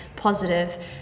positive